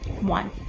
One